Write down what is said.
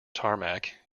tarmac